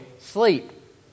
sleep